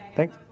Thanks